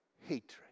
hatred